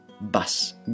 bus